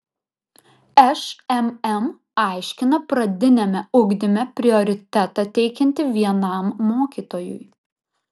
šmm aiškina pradiniame ugdyme prioritetą teikianti vienam mokytojui